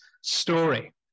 story